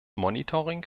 monitoring